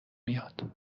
میاد